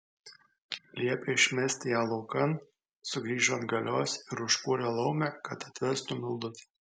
liepė išmesti ją laukan sugrįžo atgalios ir užkūrė laumę kad atvestų mildutę